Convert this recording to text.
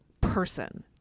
person